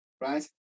Right